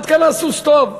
אחד קנה סוס טוב.